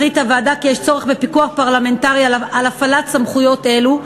החליטה הוועדה כי יש צורך בפיקוח פרלמנטרי על הפעלת סמכויות אלו,